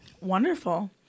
Wonderful